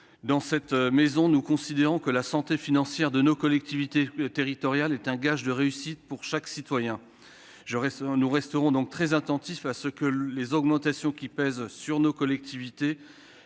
Dans cette enceinte, nous considérons que la santé financière de nos collectivités territoriales est gage de réussite pour chaque citoyen. Nous resterons donc très attentifs à ce que ces dépenses ne pèsent pas sur nos collectivités,